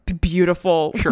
beautiful